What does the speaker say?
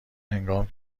هنگام